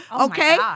okay